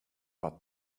but